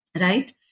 right